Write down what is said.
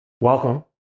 Welcome